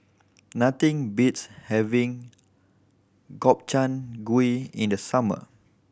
nothing beats having Gobchang Gui in the summer